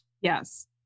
Yes